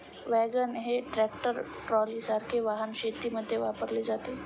wagon हे tractor ट्रॉलीसारखे वाहन शेतीमध्ये वापरले जाते